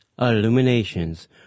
Illuminations